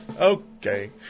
Okay